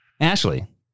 ashley